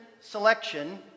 selection